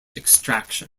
extraction